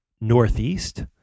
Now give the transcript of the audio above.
Northeast